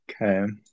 Okay